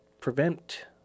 prevent